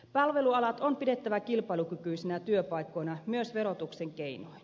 palvelualat on pidettävä kilpailukykyisinä työpaikkoina myös verotuksen keinoin